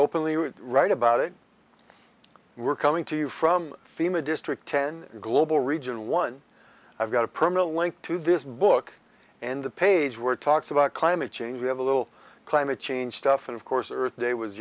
openly write about it we're coming to you from fema district ten global region one i've got a permanent link to this book and the page where talks about climate change we have a little climate change stuff and of course earth day was